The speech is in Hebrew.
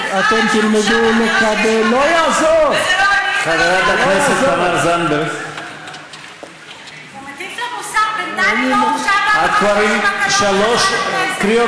בינתיים באולם הזה כרגע יש רק אחד שהורשע בעבירה שיש עמה קלון,